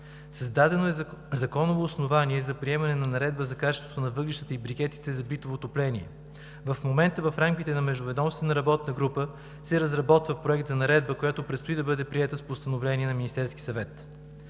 Създадено е законово основание за приемане на наредба за качеството на въглищата и брикетите за битово отопление. В момента в рамките на Междуведомствена работна група се разработва проект за наредба, която предстои да бъде приета с постановление на Министерския съвет.